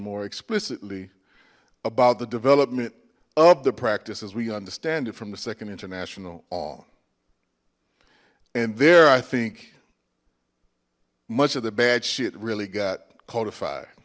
more explicitly about the development of the practice as we understand it from the second international law and there i think much of the bad shit really got codified